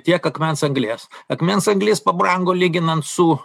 tiek akmens anglies akmens anglis pabrango lyginant su